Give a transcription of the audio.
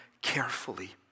carefully